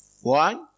one